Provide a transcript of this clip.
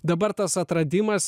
dabar tas atradimas